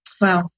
Wow